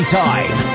time